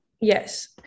Yes